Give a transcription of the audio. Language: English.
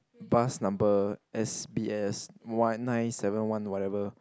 bus number S_B_S one nine seven one whatever